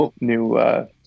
new